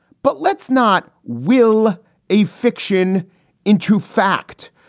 but let's not will a fiction into fact,